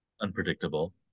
unpredictable